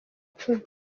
icumi